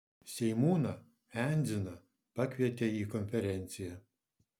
seimūną endziną pakvietė į konferenciją